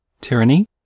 Tyranny